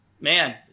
man